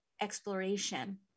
exploration